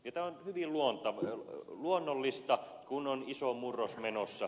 ja tämä on hyvin luonnollista kun on iso murros menossa